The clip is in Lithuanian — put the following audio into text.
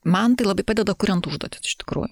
man tai labai padeda kuriant užduotis iš tikrųjų